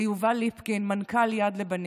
ליובל ליפקין, מנכ"ל יד לבנים,